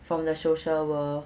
from the social world